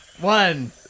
One